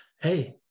Hey